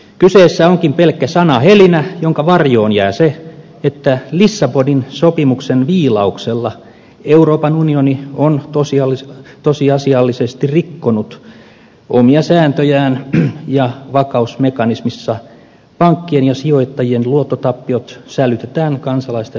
kyseessä onkin pelkkä sanahelinä jonka varjoon jää se että lissabonin sopimuksen viilauksella euroopan unioni on tosiasiallisesti rikkonut omia sääntöjään ja vakausmekanismissa pankkien ja sijoittajien luottotappiot sälytetään kansalaisten maksettaviksi